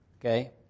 okay